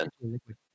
liquid